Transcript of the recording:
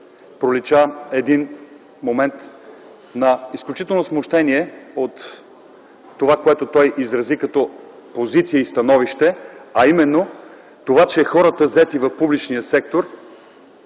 пролича един момент на изключително смущение от това, което изрази като позиция и становище, а именно - хората, заети в публичния сектор,